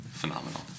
Phenomenal